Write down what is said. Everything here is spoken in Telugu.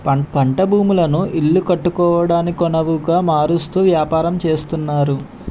పంట భూములను ఇల్లు కట్టుకోవడానికొనవుగా మారుస్తూ వ్యాపారం చేస్తున్నారు